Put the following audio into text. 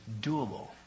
doable